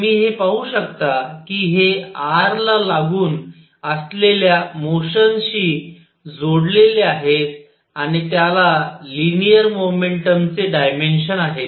तुम्ही पाहू शकता की हे r ला लागून असलेल्या मोशनशी जोडलेले आहे आणि त्याला लिनियर मोमेंटम चे डायमेन्शन आहे